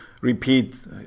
repeat